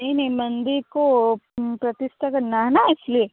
नहीं नहीं मंदिर को प्रतिष्ठा करना है ना इसलिए